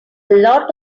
lot